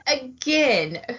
again